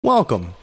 Welcome